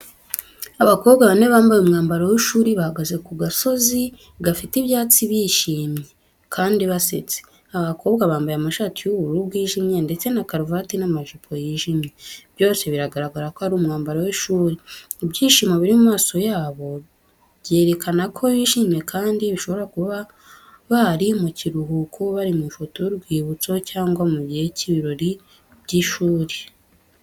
Abakobwa bane bambaye umwambaro w’ishuri bahagaze ku gasozi gafite ibyatsi bishimye kandi basetse. Aba bakobwa bambaye amashati y’ubururu bw’ijimye ndetse na karuvati n'amajipo y’ijimye, byose bigaragara ko ari umwambaro w’ishuri. Ibyishimo biri mu maso yabo byerekana ko bishimye kandi bishobora kuba bari mu kiruhuko bari mu ifoto y’urwibutso, cyangwa mu gihe cy’ibirori by’ishuri.